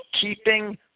keeping